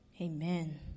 Amen